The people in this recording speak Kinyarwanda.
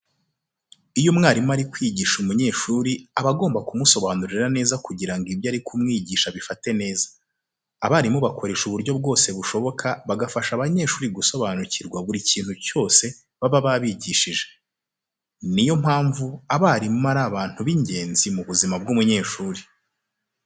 Iyo umwarimu ari kwigisha umunyeshuri aba agomba kumusobanurira neza kugira ngo ibyo ari kumwigisha abifate neza. Abarimu bakoresha uburyo bwose bushoboka bagafasha abanyeshuri gusobanukirwa buri kintu cyose baba babigishije. Ni yo mpamvu abarimu ari abantu b'ingenzi mu buzima bw'umunyeshuri.